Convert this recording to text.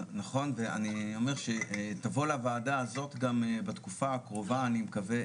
נכון ואני אומר שתבוא לוועדה הזאת גם בתקופה הקרובה אני מקווה,